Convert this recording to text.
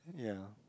yeah